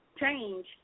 change